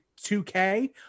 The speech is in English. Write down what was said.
2K